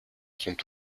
sont